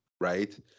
right